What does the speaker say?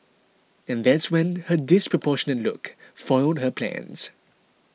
and that's when her disproportionate look foiled her plans